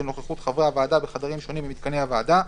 נוכחות חברי הוועדה בחדרים שונים במתקני הוועדה,